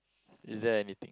is there anything